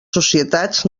societats